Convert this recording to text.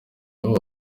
iwabo